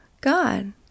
God